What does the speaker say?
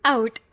Out